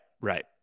Right